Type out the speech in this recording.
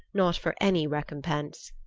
not for any recompense,